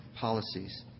policies